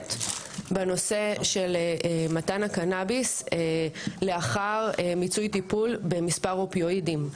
מחודשת בנושא של מתן הקנביס לאחר מיצוי טיפול במספר אופיואידים.